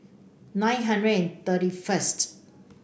nine hundred and thirty first